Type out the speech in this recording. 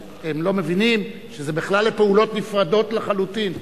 אבל הם לא מבינים שאלו בכלל פעולות נפרדות לחלוטין.